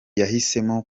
yahisemo